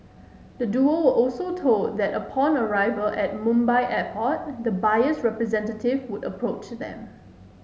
the duo were also told that upon arrival at Mumbai Airport the buyer's representative would approach them